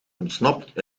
ontsnapt